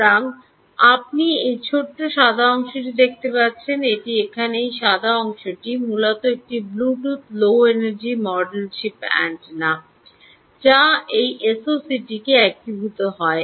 সুতরাং আপনি এই ছোট্ট সাদা অংশটি দেখতে পাচ্ছেন এটি এখানে এই সাদা অংশটি মূলত একটি ব্লুটুথ লো এনার্জি মডিউলটির চিপ অ্যান্টেনা যা এই এসওসিটিতে একীভূত হয়